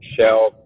Shell